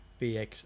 BX